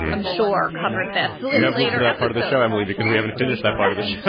i'm sure covered this sillitoe later that part of the show emily because we haven't finished that part of the show